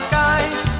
guys